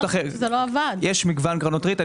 יש מגוון קרנות ריט.